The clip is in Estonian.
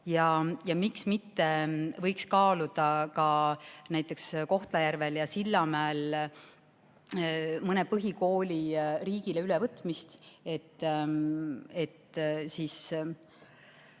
Miks mitte, võiks kaaluda ka näiteks Kohtla-Järvel ja Sillamäel mõne põhikooli riigile ülevõtmist, et saaks